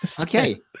Okay